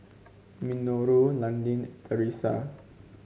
Minoru Landin Theresa